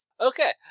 Okay